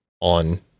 on